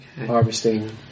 harvesting